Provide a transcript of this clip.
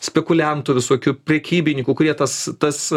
spekuliantų visokių prekybininkų kurie tas tas